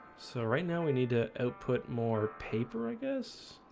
so right now we need to output more paper i guess